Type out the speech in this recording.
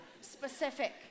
specific